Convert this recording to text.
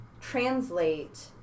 translate